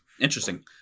Interesting